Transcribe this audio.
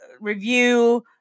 review